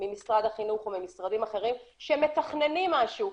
ממשרד החינוך או ממשרדים אחרים שמתכננים משהו,